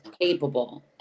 capable